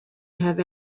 have